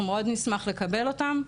אנחנו מאוד נשמח לקבל אותם.